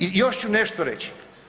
I još ću nešto reći.